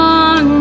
on